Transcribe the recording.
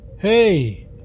Hey